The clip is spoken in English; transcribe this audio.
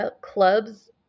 clubs